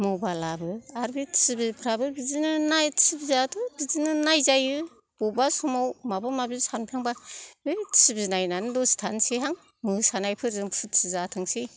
मबाइलाबो आर बे टिभि फ्राबो बिदिनो नाय टिभि आबो बिदिनो नायजायो बबा समाव माबा माबि सानफ्लांबा है टिभि नायनानै दसे थानसैहां मोसानायफोरजों पुर्थि जाथोंसै